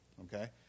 Okay